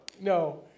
No